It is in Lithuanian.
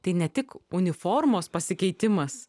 tai ne tik uniformos pasikeitimas